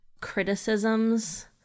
criticisms